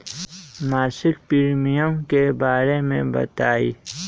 मासिक प्रीमियम के बारे मे बताई?